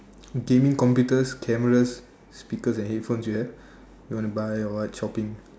gaming computers cameras speakers and headphone you have you want to buy or what shopping